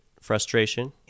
frustration